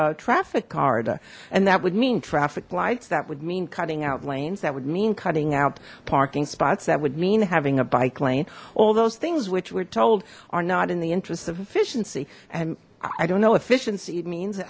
a traffic card and that would mean traffic lights that would mean cutting out lanes that would mean cutting out parking spots that would mean having a bike lane all those things which we're told are not in the interests of efficiency and i don't know efficiency it means that